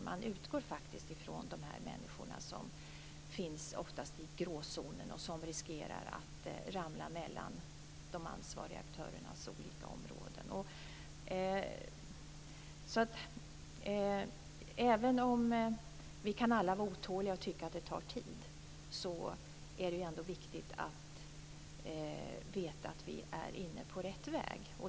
Man utgår faktiskt från de människor som ofta finns i gråzonen och som riskerar att ramla mellan de ansvariga aktörernas olika områden. Vi kan alla vara otåliga och tycka att det tar tid, men det är viktigt att veta att vi är inne på rätt väg.